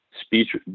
speech